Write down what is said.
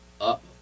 up